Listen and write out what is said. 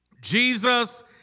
Jesus